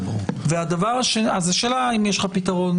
אז האם יש לך פתרון?